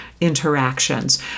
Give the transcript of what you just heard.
interactions